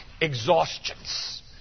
exhaustions